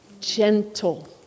Gentle